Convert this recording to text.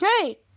hey